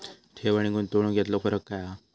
ठेव आनी गुंतवणूक यातलो फरक काय हा?